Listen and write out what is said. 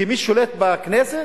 כי מי ששולט בכנסת,